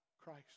Christ